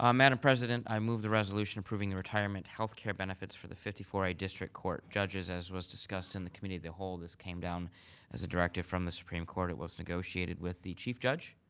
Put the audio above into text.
um madam president, i move the resolution approving the retirement healthcare benefits for the fifty four a district court judges as was discussed in the committee of the whole. this came down as a directive from the supreme court. it was negotiated with the chief judge,